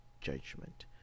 judgment